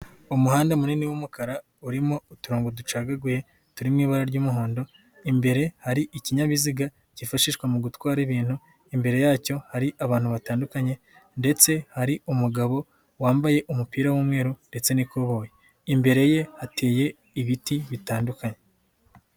Umuhanda munini w'umukara urimo uturongogo ducagaguye turi mu ibara ry'umuhondo, imbere hari ikinyabiziga kifashishwa mu gutwara ibintu, imbere yacyo hari abantu batandukanye ndetse hari umugabo wambaye umupira w'umweru ndetse n'ikoboyi, imbere ye hateye ibiti bitandukanye.